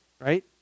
right